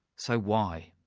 so, why?